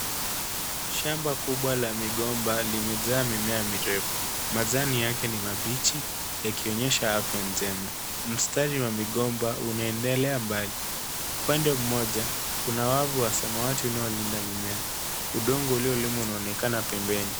Shamba kubwa la migomba limejaa mirefu, majani yake ni mabichi yakionyesha afya njema, mstari wa migomba unaendelea mbali. ande moja kuna wavu wa samawati unaolinda mimea. Udongo uliolimwa unaebdelea pembeni.